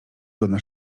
godna